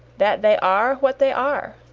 that they are what they are,